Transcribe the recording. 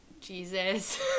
Jesus